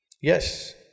Yes